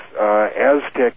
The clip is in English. Aztec